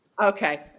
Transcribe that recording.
Okay